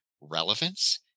Relevance